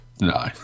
No